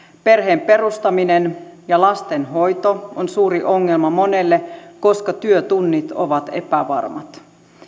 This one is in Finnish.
perheen perustaminen ja lastenhoito on suuri ongelma monelle koska työtunnit ovat epävarmat